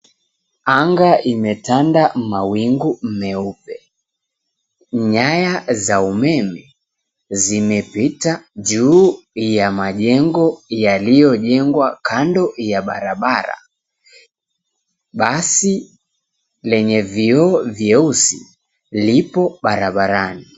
Anga imetanda mawingu meupe. Nyaya za umeme zimepita juu ya majengo yaliyojengwa kando ya barabara. Basi lenye vioo vyeusi lipo barabarani.